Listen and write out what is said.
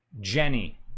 Jenny